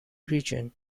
region